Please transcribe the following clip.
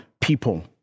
people